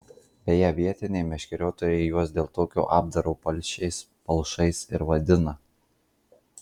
beje vietiniai meškeriotojai juos dėl tokio apdaro palšiais palšais ir vadina